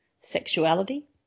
sexuality